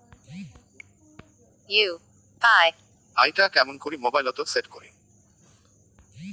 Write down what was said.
UPI টা কেমন করি মোবাইলত সেট করিম?